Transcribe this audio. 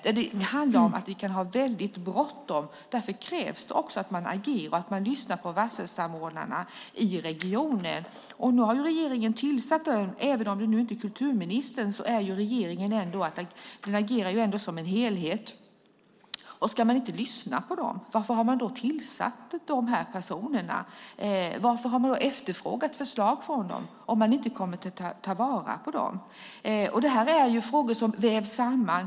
Det är bråttom. Därför krävs det att man agerar och lyssnar på varselsamordnarna i regionerna. Nu har regeringen tillsatt dem. Även om det inte här är fråga om enbart kulturministern agerar regeringen som en helhet. Ska man inte lyssna på dem? Varför har dessa personer tillsatts? Varför har man efterfrågat förslag från dem om de inte kommer att tas till vara? Dessa frågor vävs samman.